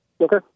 Okay